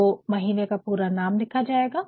तो महीने का नाम पूरा लिखा जायेगा